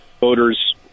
voters